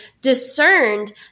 discerned